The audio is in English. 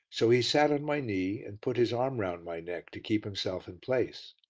so he sat on my knee and put his arm round my neck to keep himself in place.